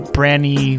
Branny